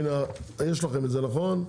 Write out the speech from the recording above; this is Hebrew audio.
הנה יש לכם את זה נכון?